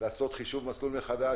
לעשות חישוב מסלול מחדש.